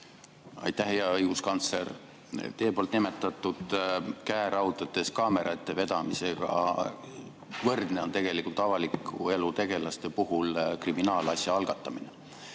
Aitäh! Hea õiguskantsler! Teie nimetatud käeraudades kaamerate ette vedamisega võrdne on tegelikult avaliku elu tegelaste puhul kriminaalasja algatamine.